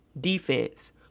defense